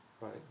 right